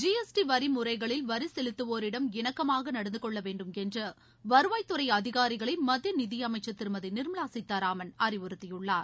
GST வரி முறைகளில் வரிசெலுத்துவோரிடம் இணக்கமாக நடந்து கொள்ள வேண்டும் என்று வருவாய் துறை அதிகாரிகளை மத்திய நிதியமைச்சர் திருமதி நிர்மவா சீத்தாராமன் அறிவுறுத்தியுள்ளார்